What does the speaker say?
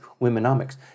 womenomics